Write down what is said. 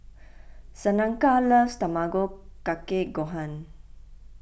Shaneka loves Tamago Kake Gohan